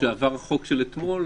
כשעבר החוק של אתמול,